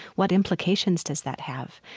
what implications does that have?